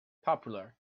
popular